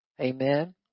Amen